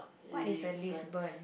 what is a Lisbon